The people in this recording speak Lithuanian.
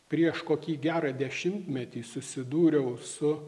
prieš kokį gerą dešimtmetį susidūriau su